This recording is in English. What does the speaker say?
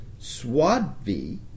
swadvi